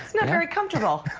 not very comfortable.